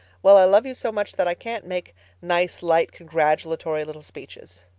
well, i love you so much that i can't make nice, light, congratulatory little speeches.